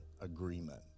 agreement